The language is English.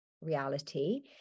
reality